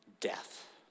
death